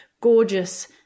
gorgeous